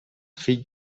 fill